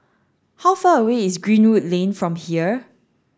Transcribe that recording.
how far away is Greenwood Lane from here